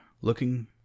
looking